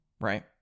right